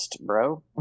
bro